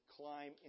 climb